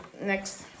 next